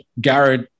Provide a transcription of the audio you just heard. Garrett